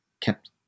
kept